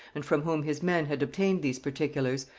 and from whom his men had obtained these particulars,